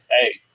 hey